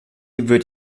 wird